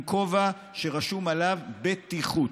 עם כובע שרשום עליו בטיחות.